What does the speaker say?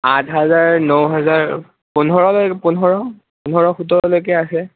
আঠ হাজাৰ ন হাজাৰ পোন্ধৰলৈ পোন্ধৰ পোন্ধৰ সোতৰলৈকে আছে